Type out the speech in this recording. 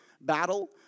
battle